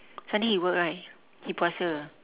sunday he work right he puasa